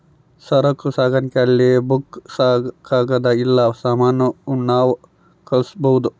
ಸರಕು ಸಾಗಣೆ ಅಲ್ಲಿ ಬುಕ್ಕ ಕಾಗದ ಇಲ್ಲ ಸಾಮಾನ ಉಣ್ಣವ್ ಕಳ್ಸ್ಬೊದು